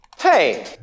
Hey